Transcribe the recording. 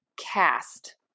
cast